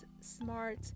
smart